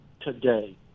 today